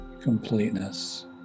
completeness